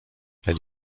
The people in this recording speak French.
elle